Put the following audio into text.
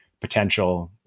potential